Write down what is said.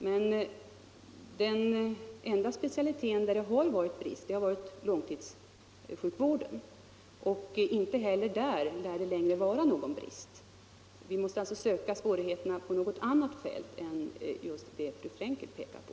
Men den enda specialiteten där det rått brist har varit långtidsvården, och inte heller där lär det längre finnas någon brist. Vi måste alltså söka svårigheterna på något annat fält än just det fru Frenkel pekar på.